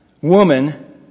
woman